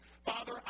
Father